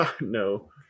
No